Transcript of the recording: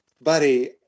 buddy